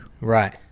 right